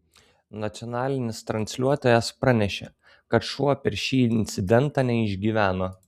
nacionalinis transliuotojas pranešė kad šuo per šį incidentą neišgyveno